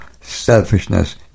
selfishness